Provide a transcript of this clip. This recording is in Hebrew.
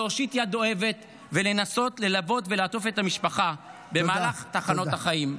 להושיט יד אוהבת ולנסות ללוות ולעטוף את המשפחה במהלך תחנות החיים.